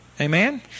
Amen